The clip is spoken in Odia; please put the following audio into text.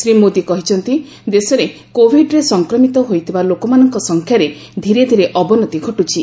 ଶ୍ରୀ ମୋଦୀ କହିଛନ୍ତି ଦେଶରେ କୋବିଡ୍ରେ ସଫକ୍ରମିତ ହୋଇଥିବା ଲୋକମାନଙ୍କ ସଂଖ୍ୟାରେ ଧୀରେ ଧୀରେ ଅବନତି ଘଟୁଛି